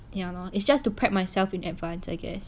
ya it's just to prep myself in advance I guess